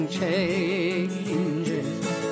changes